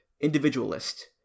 individualist